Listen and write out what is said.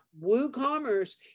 WooCommerce